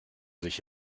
sich